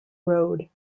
road